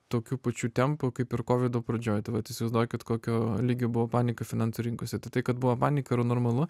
tokiu pačiu tempu kaip ir kovido pradžioj tai vat įsivaizduokit kokio lygio buvo panika finansų rinkose tai tai kad buvo panika yra normalu